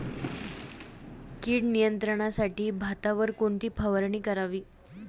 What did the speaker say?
कीड नियंत्रणासाठी भातावर कोणती फवारणी करावी?